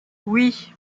oui